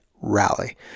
Rally